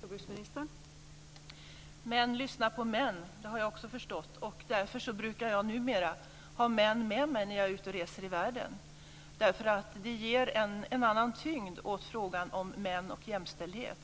Fru talman! Män lyssnar på män. Det har jag också förstått. Därför brukar jag numera ha män med mig när jag är ute och reser i världen, därför att det ger en annan tyngd åt frågan om män och jämställdhet.